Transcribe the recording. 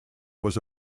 was